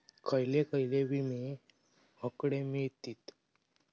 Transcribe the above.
खयले खयले विमे हकडे मिळतीत?